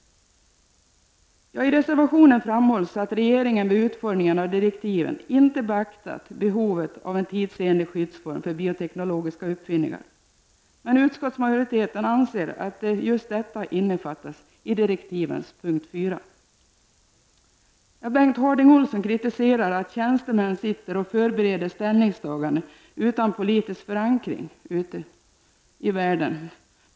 I reservationen framhålls att regeringen vid utformningen av direktiven inte beaktat behovet av en tidsenlig skyddsform för bioteknologiska uppfinningar. Utskottsmajoriteten anser att just detta innefattas i direktivens punkt 4. Bengt Harding Olson riktar kritik mot att tjänstemän utan politisk förankring ute i världen förbereder ställningstaganden i dessa frågor.